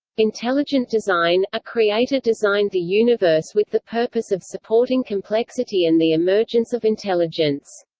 intelligent design a creator designed the universe with the purpose of supporting complexity and the emergence of intelligence.